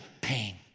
pain